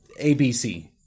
abc